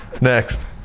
Next